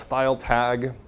style tag,